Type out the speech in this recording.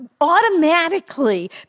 automatically